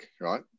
right